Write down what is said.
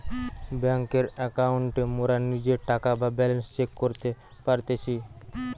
বেংকের একাউন্টে মোরা নিজের টাকা বা ব্যালান্স চেক করতে পারতেছি